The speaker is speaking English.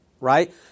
right